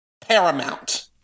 Paramount